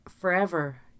forever